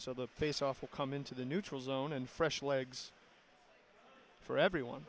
so the faceoff will come into the neutral zone and fresh legs for everyone